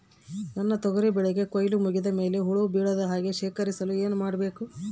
ನನ್ನ ತೊಗರಿ ಬೆಳೆಗೆ ಕೊಯ್ಲು ಮುಗಿದ ಮೇಲೆ ಹುಳು ಬೇಳದ ಹಾಗೆ ಶೇಖರಿಸಲು ಏನು ಮಾಡಬೇಕು?